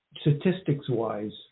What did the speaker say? statistics-wise